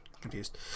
Confused